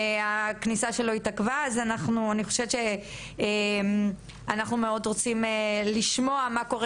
הכניסה שלו התעכבה ואני חושבת שזה חשוב ואנחנו מאוד רוצים לשמוע מה קורה